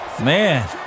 man